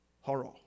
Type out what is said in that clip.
horror